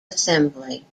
assembly